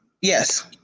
Yes